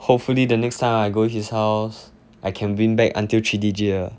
hopefully the next time I go his house I can win back until three digit ah